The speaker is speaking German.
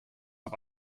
auf